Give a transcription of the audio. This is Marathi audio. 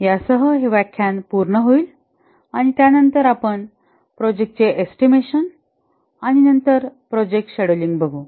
यासह हे व्याख्यान पूर्ण होईल आणि त्यानंतर आपण प्रोजेक्टचे एस्टिमेशन आणि नंतर प्रोजेक्ट शेड्यूलिंग बघू